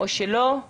אם הוא